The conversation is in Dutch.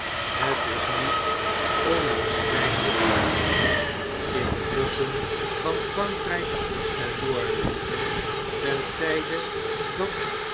het is niet onwaarschpln'k dat in de bosschen van f r a n krn'k en noorwegen ten tjjde dat